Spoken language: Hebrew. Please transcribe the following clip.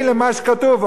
האחראי למה שכתוב.